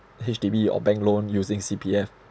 H_D_B or bank loan using C_P_F